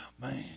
man